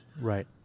Right